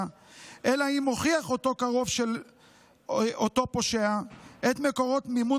אלא אם כן הוכיח אותו קרוב של אותו פושע את מקורות מימון